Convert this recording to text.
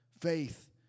faith